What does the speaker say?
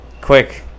Quick